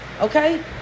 Okay